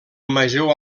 major